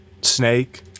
snake